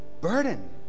burden